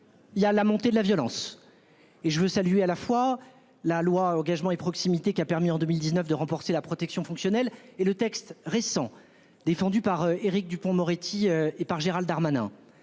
Il y a la montée de la violence et je veux saluer à la fois la loi Engagement et proximité qui a permis en 2019 de renforcer la protection fonctionnelle et le texte récent défendue par Éric Dupond-Moretti et par Gérald Darmanin,